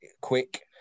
quick